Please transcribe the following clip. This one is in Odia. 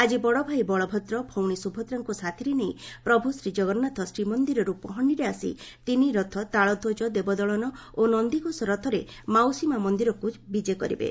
ଆଜି ବଡଭାଇ ବଳଭଦ୍ର ଭଉଣୀ ସୁଭଦ୍ରାଙ୍କୁ ସାଥିରେ ନେଇ ପ୍ରଭୁ ଶ୍ରୀଜଗନ୍ନାଥ ଶ୍ରୀମନ୍ଦିରର ୁ ପହଣ୍ଡିରେ ଆସି ତିନିରଥ ତାଳଧ୍ୱଜ ଦେବଦଳନ ଓ ନନ୍ଦିଘୋଷ ରଥରେ ମାଉସୀମା' ମନ୍ଦିରକୁ ଯିବେ